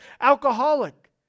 alcoholic